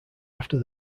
after